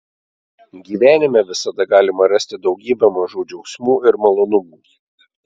gyvenime visada galima rasti daugybę mažų džiaugsmų ir malonumų